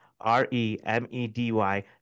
r-e-m-e-d-y